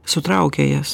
sutraukia jas